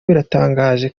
biratangaje